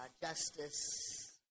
Justice